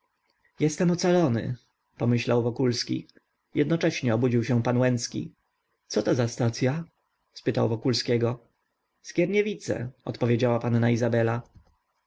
jestem ocalony pomyślał wokulski jednocześnie obudził się pan łęcki coto za stacya spytał wokulskiego skierniewice odpowiedziała panna izabela